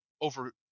over